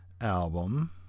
album